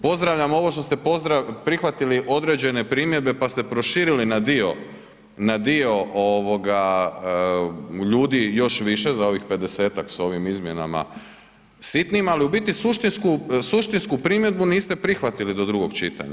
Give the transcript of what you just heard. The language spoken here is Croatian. Pozdravljam ovo što ste prihvatili određene primjedbe, pa ste proširili na dio, na dio ovoga ljudi još više, za ovih 50-tak s ovim izmjenama sitnim ali u biti suštinsku primjedbu niste prihvatili do drugog čitanja.